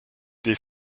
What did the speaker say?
des